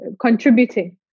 contributing